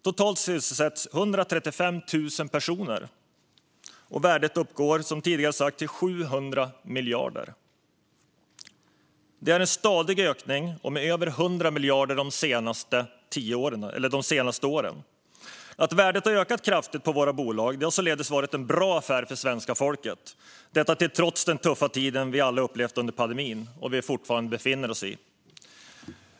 Totalt sysselsätts 135 000 personer, och värdet uppgår till 700 miljarder kronor. Det är en stadig ökning med över 100 miljarder de senaste åren. Att värdet har ökat kraftigt på våra bolag har således varit en bra affär för svenska folket, detta trots den tuffa tid vi alla har upplevt under pandemin och fortfarande befinner oss i.